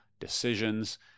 decisions